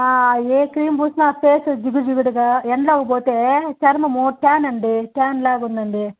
ఏ cream పూసినా face జిగురు జిగురుగా ఎండలోకి పోతే చర్మము ట్యాన్ అండి ట్యాన్లాగా ఉందండి